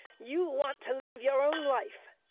you want to live your own life.